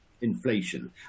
Inflation